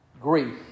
grief